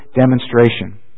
demonstration